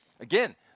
Again